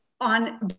on